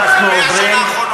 אנחנו עוברים,